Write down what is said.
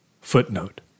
Footnote